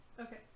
Okay